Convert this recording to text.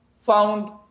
found